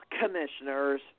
commissioners